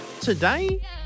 today